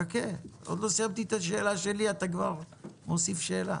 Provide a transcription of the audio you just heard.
ערבויות וכו', הכל מאוד מאוד קל ונמוך.